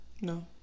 No